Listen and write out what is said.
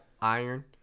iron